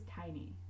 tiny